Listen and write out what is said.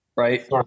Right